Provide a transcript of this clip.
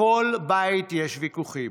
בכל בית יש ויכוחים.